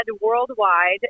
worldwide